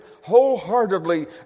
wholeheartedly